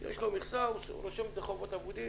יש לו מכסה, הוא רושם את זה כחובות אבודים.